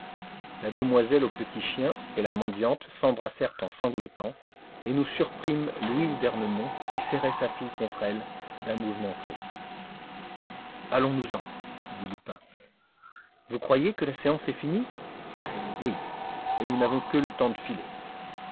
la demoiselle au petit chien et la mendiante s'embrassèrent en sanglotant et nous surprîmes louise d'ernemont qui serrait sa fille contre elle d'un mouvement triste allons-nous-en dit lupin vous croyez que la séance est finie oui et nous n'avons que le temps de filer